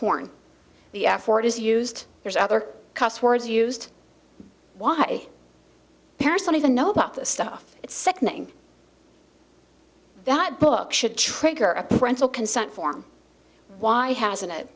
porn the f word is used there's other cuss words used why parents don't even know about this stuff it's sickening that book should trigger a parental consent form why hasn't i